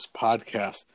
Podcast